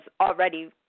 already